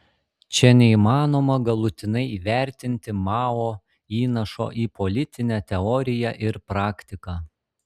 čia neįmanoma galutinai įvertinti mao įnašo į politinę teoriją ir praktiką